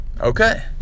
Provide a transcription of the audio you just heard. okay